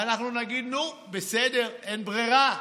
ואנחנו נגיד: נו, בסדר, אין ברירה.